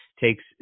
takes